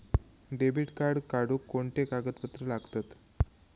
Debit card काढुक कोणते कागदपत्र लागतत?